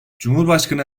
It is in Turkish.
cumhurbaşkanı